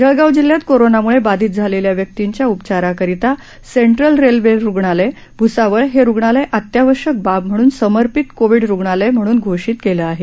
जळगाव जिल्ह्यात कोरोनोमुळे बाधित झालेल्या व्यक्तींच्या उपचाराकरीता सेंट्रल रेल्वे रुग्णालय भ्सावळ हे रुग्णालय अत्यावश्यक बाब म्हणून समर्पीत कोविड रुग्णालय म्हणून घोषित केलं आहे